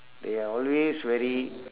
they are always very